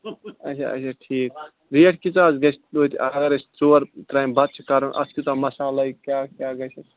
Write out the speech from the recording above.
اچھا اچھا ٹھیٖک ریٹ کِژھ حظ گژھِ تۄتہِ اَگر أسۍ ژور ترامہِ بَتہٕ چھِ کَرُن اَتھ کوٗتاہ مسال لَگہِ کیٛاہ کیٛاہ گژھِ